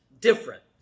different